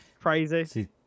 crazy